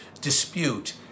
dispute